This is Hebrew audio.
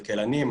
כלכלנים,